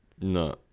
No